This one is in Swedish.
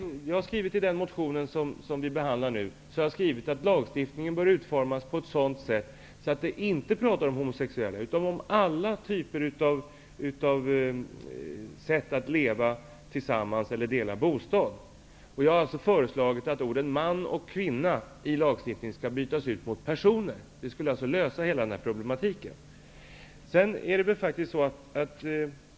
Jag har i min motion skrivit att lagstiftningen bör utformas på ett sådant sätt att den omfattar alla sammanboendeformer -- inte enbart homsexuellas sammanboende. Jag har föreslagit att orden ''man och kvinna'' i lagtexten skall bytas ut mot ''personer''. Det skulle lösa hela denna problematik.